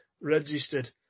Registered